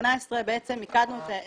ב-2018 מיקדנו בעצם את